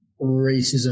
racism